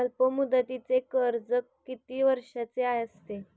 अल्पमुदतीचे कर्ज किती वर्षांचे असते?